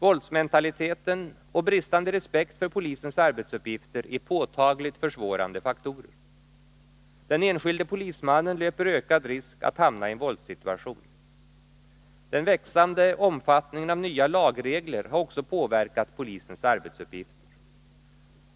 Våldsmentaliteten och bristande respekt för polisens arbetsuppgifter är påtagligt försvårande faktorer. Den enskilde polismannen löper ökad risk att hamna i en våldssituation. Den växande omfattningen av nya lagregler har också påverkat polisens arbetsuppgifter.